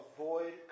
avoid